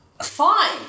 fine